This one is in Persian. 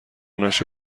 نشه